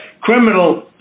criminal